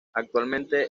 actualmente